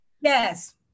Yes